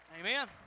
Amen